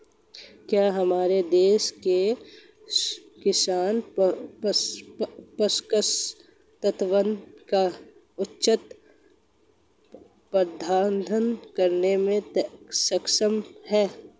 क्या हमारे देश के किसान पोषक तत्वों का उचित प्रबंधन करने में सक्षम हैं?